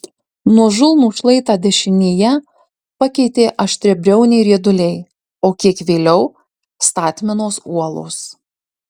nuožulnų šlaitą dešinėje pakeitė aštriabriauniai rieduliai o kiek vėliau statmenos uolos